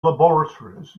laboratories